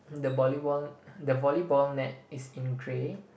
the bolly~ the volleyball net is in grey